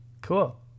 cool